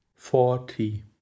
Forty